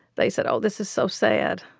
they said, oh, this is so sad.